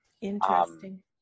Interesting